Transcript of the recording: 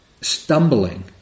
stumbling